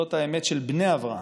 זאת האמת של בני אברהם.